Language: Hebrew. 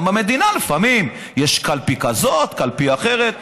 גם במדינה לפעמים יש קלפי כזאת, קלפי אחרת.